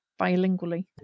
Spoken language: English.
bilingually